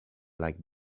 like